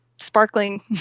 sparkling